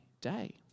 day